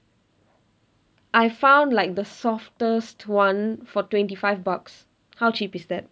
I found like the softest one for twenty five bucks how cheap is that